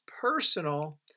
personal